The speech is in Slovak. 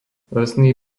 lesný